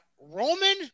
Roman